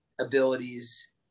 abilities